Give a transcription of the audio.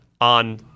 on